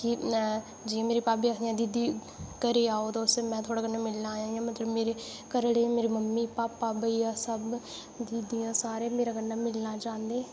कि जि'यां मेरी भाभी आखदी दीदी घरै आओ तुस में थुआड़े कन्नै मिलना ऐ मतलब मेरे घरै आह्ले मम्मी पापा भेइया सब दीदियां सारे मेरे कन्नै मिलना चांह्दे